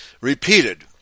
repeated